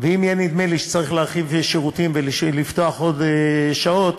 שצריך להרחיב שירותים ולפתוח עוד שעות,